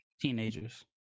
Teenagers